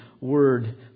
word